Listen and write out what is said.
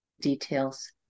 details